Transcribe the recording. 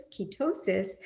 Ketosis